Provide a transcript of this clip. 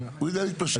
הוא יודע להתפשר.